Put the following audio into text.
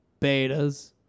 betas